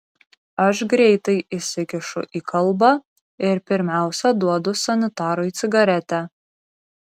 aš greitai įsikišu į kalbą ir pirmiausia duodu sanitarui cigaretę